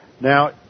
Now